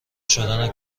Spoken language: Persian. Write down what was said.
شدن